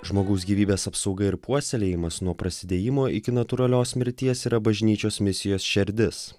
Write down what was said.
žmogaus gyvybės apsauga ir puoselėjimas nuo prasidėjimo iki natūralios mirties yra bažnyčios misijos šerdis